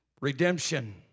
Redemption